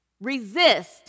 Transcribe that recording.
Resist